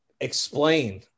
explain